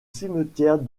cimetière